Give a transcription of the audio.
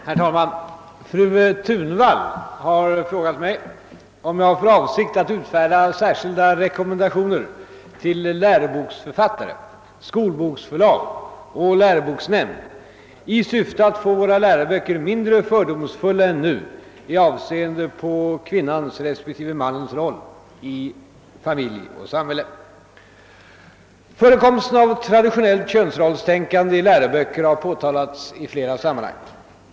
Herr talman! Fru Thunvall har frågat mig, om jag har för avsikt att utfärda särskilda rekommendationer till läroboksförfattare, skolboksförlag och läroboksnämnd i syfte att få våra läroböcker mindre fördomsfulla än nu i avseende på kvinnans respektive mannens roll i familj och samhälle. Förekomsten av traditionellt könsrollstänkande i läroböcker har påtalats i flera sammanhang.